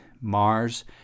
Mars